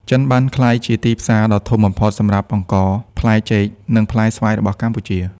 ចិនបានក្លាយជាទីផ្សារដ៏ធំបំផុតសម្រាប់អង្ករ ផ្លែចេក និងផ្លែស្វាយរបស់កម្ពុជា។